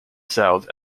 south